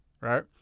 Right